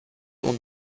und